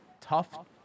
tough